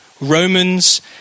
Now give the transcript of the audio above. Romans